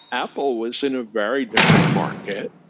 apple was in a very different market.